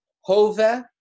Hove